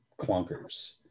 clunkers